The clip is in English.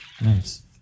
Nice